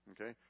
Okay